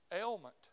ailment